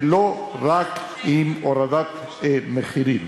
ולא רק עם הורדת מחירים.